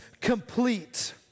complete